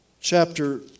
chapter